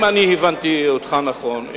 אם הבנתי אותך נכון,